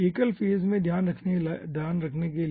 एकल फेज में ध्यान रखने के लिए